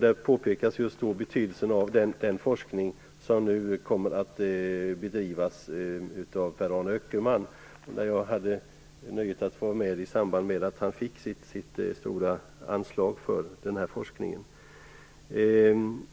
Där påpekas betydelsen av den forskning som nu kommer att bedrivas av Per-Arne Öckerman. Jag hade nöjet att vara med i samband med att han fick sitt stora anslag för den här forskningen.